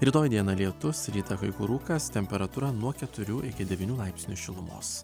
rytoj dieną lietus rytą kai kur rūkas temperatūra nuo keturių iki devynių laipsnių šilumos